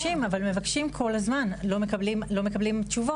מבקשים אבל מבקשים כל הזמן, לא מקבלים תשובות.